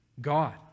God